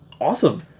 awesome